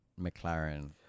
McLaren